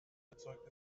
erzeugt